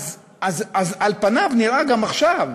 על פניו נראה גם עכשיו,